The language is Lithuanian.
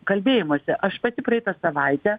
kalbėjimosi aš pati praeitą savaitę